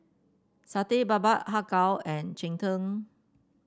Satay Babat Har Kow and Cheng Tng